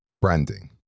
branding